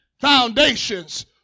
foundations